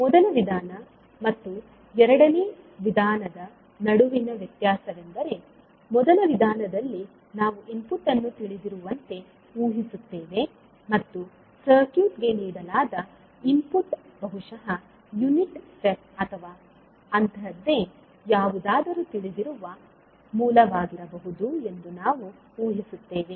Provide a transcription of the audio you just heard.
ಆದ್ದರಿಂದ ಮೊದಲ ವಿಧಾನ ಮತ್ತು ಎರಡನೆಯ ವಿಧಾನದ ನಡುವಿನ ವ್ಯತ್ಯಾಸವೆಂದರೆ ಮೊದಲ ವಿಧಾನದಲ್ಲಿ ನಾವು ಇನ್ಪುಟ್ ಅನ್ನು ತಿಳಿದಿರುವಂತೆ ಊಹಿಸುತ್ತೇವೆ ಮತ್ತು ಸರ್ಕ್ಯೂಟ್ಗೆ ನೀಡಲಾದ ಇನ್ಪುಟ್ ಬಹುಶಃ ಯುನಿಟ್ ಸ್ಟೆಪ್ ಅಥವಾ ಅಂತಹದ್ದೇ ಯಾವುದಾದರೂ ತಿಳಿದಿರುವ ಮೂಲವಾಗಿರಬಹುದು ಎಂದು ನಾವು ಊಹಿಸುತ್ತೇವೆ